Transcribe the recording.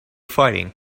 fighting